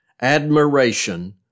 admiration